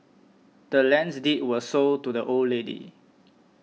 the land's deed was sold to the old lady